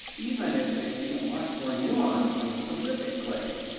even if they see a much more nuanced and specific claim,